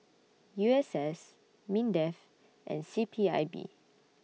U S S Mindef and C P I B